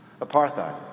Apartheid